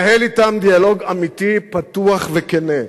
נהל אתם דיאלוג אמיתי, פתוח וכן.